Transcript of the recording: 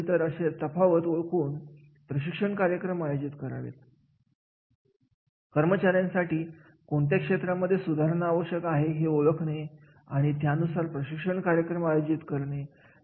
आणि नैसर्गिक रित्या जेव्हा आपण प्रशिक्षणाच्या दर्जा ओळखतो तेव्हा तो फरक ओळखून तो वाढण्यासाठी प्रशिक्षण कार्यक्रम तयार करण्यात आला